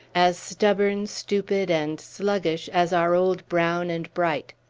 as stubborn, stupid, and sluggish as our old brown and bright.